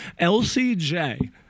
LCJ